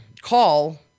call